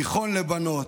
תיכון לבנות,